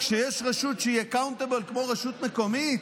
כשיש רשות שהיא accountable כמו רשות מקומית?